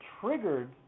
triggered